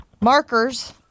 markers